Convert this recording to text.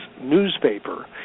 newspaper